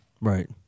Right